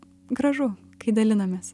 gražu kai dalinamės